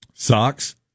Socks